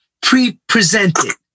pre-presented